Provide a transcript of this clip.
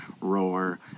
roar